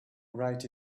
write